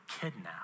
kidnap